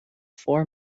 four